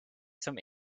zum